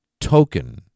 token